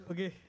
Okay